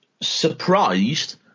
Surprised